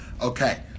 Okay